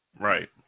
Right